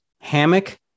hammock